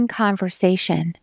conversation